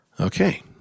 Okay